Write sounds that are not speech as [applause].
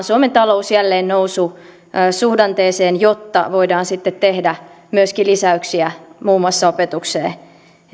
[unintelligible] suomen talous jälleen noususuhdanteeseen jotta voidaan sitten tehdä myöskin lisäyksiä muun muassa opetukseen